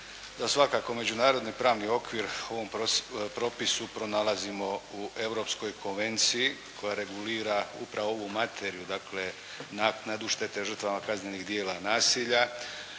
svakako međunarodni pravni okvir u ovom propisu pronalazimo u Europskoj konvenciji koja regulira upravo ovu materiju, dakle naknadu štete žrtvama kaznenih djela nasilja,